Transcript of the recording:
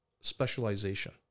specialization